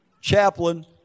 chaplain